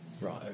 Right